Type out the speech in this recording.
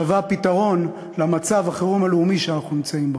שווה פתרון למצב החירום הלאומי שאנחנו נמצאים בו.